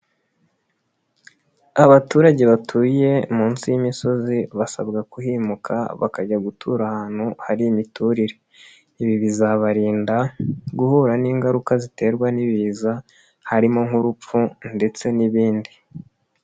Abaturage batuye munsi y'imisozi basabwa kuhimuka bakajya gutura ahantu hari imiturire, ibi bizabarinda guhura n'ingaruka ziterwa n'ibiza harimo nk'urupfu ndetse n'ibindi.